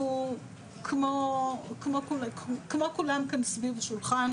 אנחנו כמו כולם כאן סביב השולחן,